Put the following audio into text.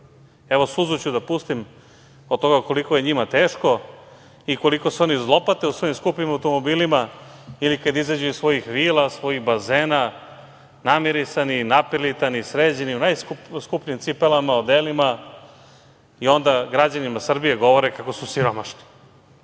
Evo, suzu ću da pustim, zbog toga koliko je njima teško i koliko se oni zlopate u svojim skupim automobilima ili kada izađu iz svojih vila, svojih bazena, namirisani, napirlitani, sređeni, u skupim cipelama, odelima, i onda građanima Srbije govore kako su siromašni. Pazite,